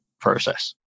process